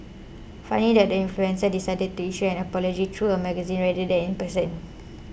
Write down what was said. funny that the influencer decided to issue an apology through a magazine rather than in person